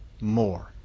more